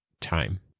time